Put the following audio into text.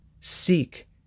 Seek